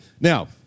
Now